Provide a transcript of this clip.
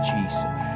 Jesus